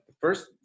first